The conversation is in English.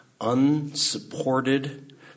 unsupported